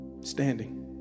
Standing